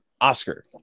Oscar